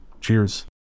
Cheers